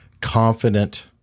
confident